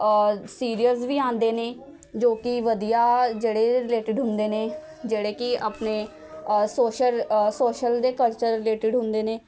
serials ਵੀ ਆਉਂਦੇ ਨੇ ਜੋ ਕਿ ਵਧੀਆ ਜਿਹੜੇ ਰਿਲੇਟਿਡ ਹੁੰਦੇ ਨੇ ਜਿਹੜੇ ਕਿ ਆਪਣੇ ਸੋਸ਼ਰ ਸੋਸ਼ਲ ਦੇ ਕਲਚਰ ਰਿਲੇਟਿਡ ਹੁੰਦੇ ਨੇ